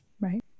Right